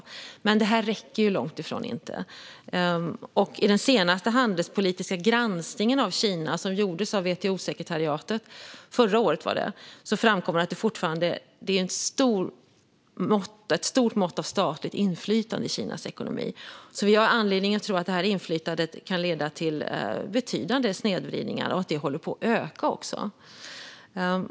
Men detta är långt ifrån att räcka. I den senaste handelspolitiska granskningen av Kina, som gjordes av WTO-sekretariatet förra året, framkom att det fortfarande finns ett stort mått av statligt inflytande i Kinas ekonomi. Vi har anledning att tro att detta inflytande kan leda till betydande snedvridningar och att det dessutom håller på att öka.